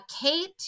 kate